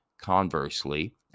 Conversely